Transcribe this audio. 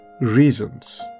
reasons